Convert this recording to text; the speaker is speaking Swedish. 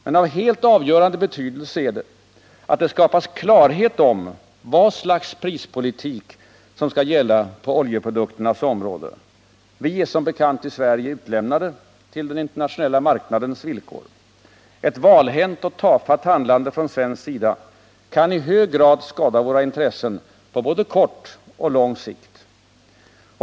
Men av helt avgörande betydelse är att det skapas klarhet om vad slags prispolitik som skall gälla på oljeprodukternas område. Vi är som bekant i Sverige utlämnade till den internationella marknadens villkor. Ett valhänt och tafatt handlande från svensk sida kan i hög grad skada våra intressen på både kort och lång sikt.